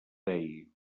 dei